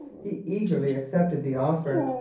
he eagerly accepted the offer.